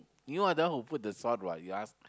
you are the one who put the salt what you ask